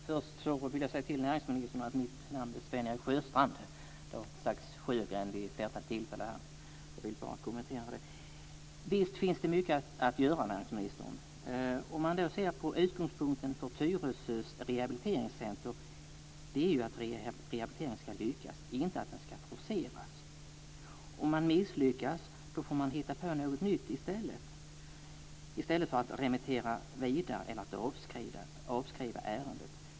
Fru talman! Först vill jag säga till näringsministern att jag heter Sjöstrand. Visst finns det mycket att göra, näringsministern. Utgångspunkten för Tyresö rehabiliteringscenter är att rehabiliteringen ska lyckas, inte att den ska forceras. Om man misslyckas får man hitta på något nytt; detta i stället för att remittera vidare eller avskriva ärendet.